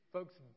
Folks